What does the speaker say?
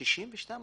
יש לנו